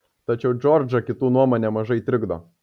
tačiau džordžą kitų nuomonė mažai trikdo